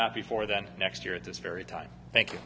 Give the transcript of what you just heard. not before then next year at this very time thank you